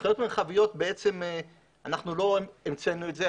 הנחיות מרחביות אנחנו לא המצאנו את זה,